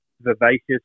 vivacious